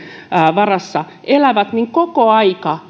varassa elää koko aika